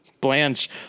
Blanche